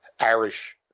Irish